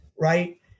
right